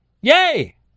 Yay